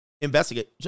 Investigate